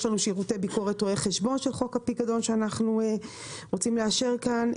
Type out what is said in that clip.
יש לנו שירותי ביקורת רואי חשבון של חוק הפיקדון שאנחנו רוצים לאשר כאן,